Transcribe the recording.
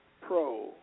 Pro